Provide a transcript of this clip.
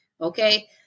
Okay